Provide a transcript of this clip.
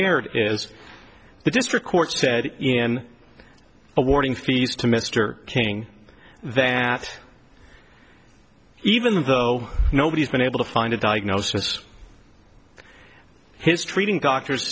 erred is the district court said in a warning feast to mr king that even though nobody's been able to find a diagnosis his treating doctors